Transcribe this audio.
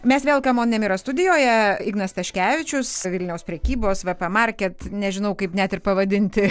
mes vėl cmon nemira studijoje ignas staškevičius vilniaus prekybos vp market nežinau kaip net ir pavadinti